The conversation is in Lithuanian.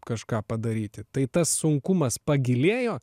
kažką padaryti tai tas sunkumas pagilėjo